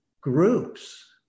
groups